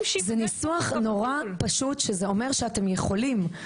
זה ניסוח נורא פשוט שאומר שאתם יכולים.